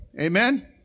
amen